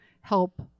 help